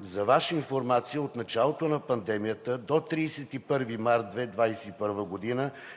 За Ваша информация от началото на пандемията до 31 март 2021 г. са